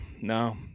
no